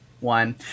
one